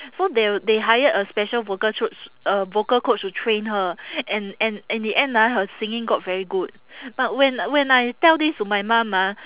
so they'll they hired a special vocal uh vocal coach to train her and and in the end ah her singing got very good but when when I tell this to my mum ah